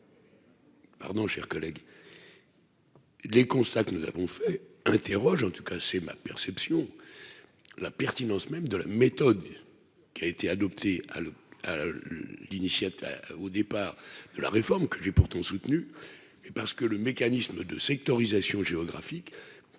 Pardon, chers collègues. Les constats que nous avons fait, interroge, en tout cas c'est ma perception la pertinence même de la méthode qui a été adopté à l'initiateur au départ de la réforme que j'ai pourtant soutenu et parce que le mécanisme de sectorisation géographique